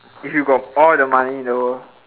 if you got all the money in the world